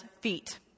feet